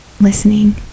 listening